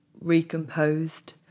Recomposed